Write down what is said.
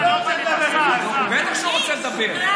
בטח ש"הוא" רוצה לדבר.